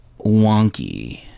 wonky